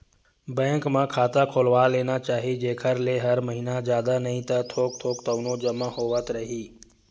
bank म खाता खोलवा लेना चाही जेखर ले हर महिना जादा नइ ता थोक थोक तउनो जमा होवत रइही